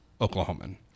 Oklahoman